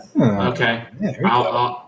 Okay